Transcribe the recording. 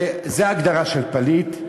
וזו ההגדרה של פליט.